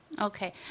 Okay